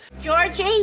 Georgie